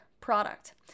product